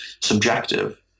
subjective